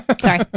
Sorry